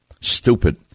Stupid